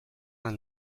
bat